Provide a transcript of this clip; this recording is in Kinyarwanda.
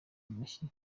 amashyi